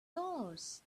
dollars